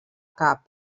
cap